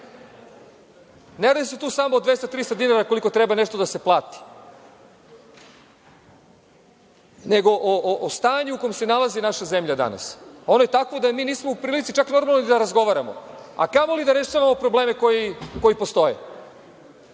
Ne radi se tu samo o 200-300 dinara, koliko treba nešto da se plati, nego o stanju u kojem se nalazi naša zemlja danas. Ona je takva da mi nismo u prilici čak normalno ni da razgovaramo, a kamoli da rešavamo probleme koji postoje. Ovde